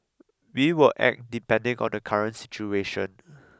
we will act depending on the current situation